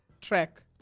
track